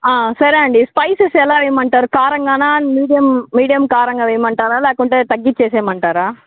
సరే అండి స్పైసెస్ ఎలా వేయమంటారు కారంగానా మీడియం మీడియం కారంగా వెయ్యమంటారా లేకుంటే తగ్గించి వేసేయమంటారా